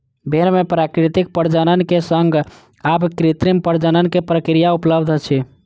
भेड़ मे प्राकृतिक प्रजनन के संग आब कृत्रिम प्रजनन के प्रक्रिया उपलब्ध अछि